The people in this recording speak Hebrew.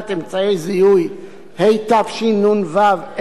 התשנ"ו 1996,